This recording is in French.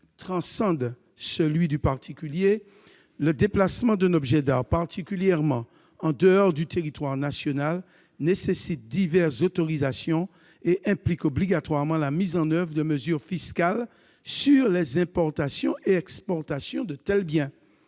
transcende le particulier, le déplacement d'un objet d'art, particulièrement en dehors du territoire national, nécessite diverses autorisations et implique obligatoirement la mise en oeuvre de mesures fiscales sur les importations et exportations de tels biens.